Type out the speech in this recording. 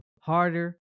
harder